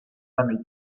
nemet